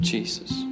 Jesus